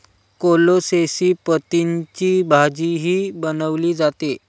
कोलोसेसी पतींची भाजीही बनवली जाते